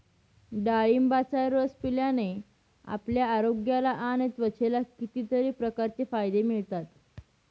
डाळिंबाचा रस पिल्याने आपल्या आरोग्याला आणि त्वचेला कितीतरी प्रकारचे फायदे मिळतात